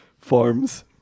Farms